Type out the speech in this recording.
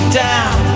down